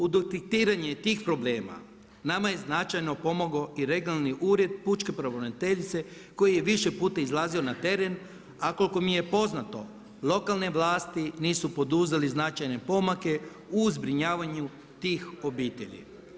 U detektiranju tih problema nama je značajno pomogao i regionalni Ured pučke pravobraniteljice koji je više puta izlazio na teren a koliko mi je poznato lokalne vlasti nisu poduzele značajne pomake u zbrinjavanju tih obitelji.